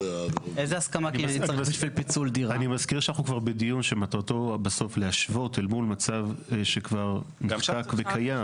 אני מזכיר שאנחנו כבר בדיון שמטרתו בסוף להשוות אל מול מצב שכבר קיים.